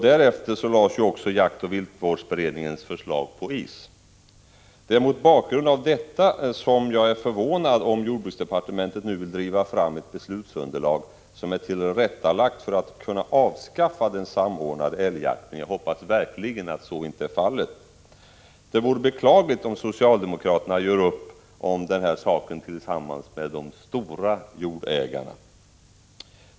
Därefter lades ju också jaktoch viltvårdsberedningens förslag på is. Det är mot bakgrund av detta som jag är förvånad om jordbruksdepartementet nu vill driva fram ett beslutsunderlag som är tillrättalagt för att man skall kunna avskaffa den samordnade älgjakten. Jag hoppas verkligen att så inte är fallet. Det vore beklagligt om socialdemokraterna gjorde upp om den här saken tillsammans med de stora jordägarna.